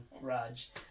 Raj